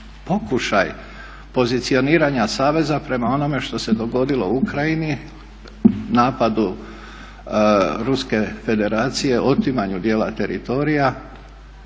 pokušaj pozicioniranja saveza prema onome što se dogodilo u Ukrajini, napadu Ruske Federacije, otimanju dijela teritorija